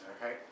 Okay